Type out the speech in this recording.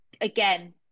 again